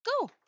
Go